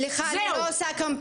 סליחה, אני לא עושה קמפיין.